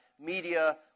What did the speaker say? media